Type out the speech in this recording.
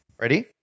Ready